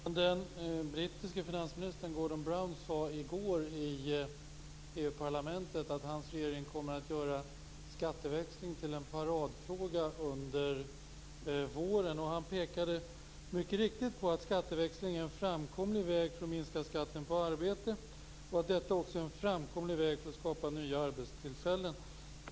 Fru talman! Den brittiske finansministern Gordon Brown sade i går i EU-parlamentet att hans regering kommer att göra skatteväxling till en paradfråga under våren. Han pekade mycket riktigt på att skatteväxling är en framkomlig väg för att minska skatten på arbete och för att skapa nya arbetstillfällen.